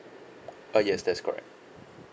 uh yes that is correct